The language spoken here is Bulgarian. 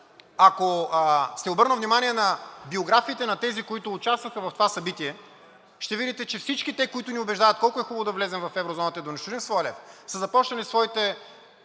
ако сте обърнали внимание на биографиите на тези, които участваха в това събитие, ще видите, че всички те, които ни убеждават колко е хубаво да влезем в еврозоната и да унищожим своя лев, са започнали своите